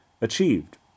achieved